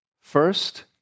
first